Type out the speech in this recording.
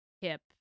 hip